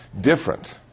different